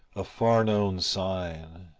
a far-known sign,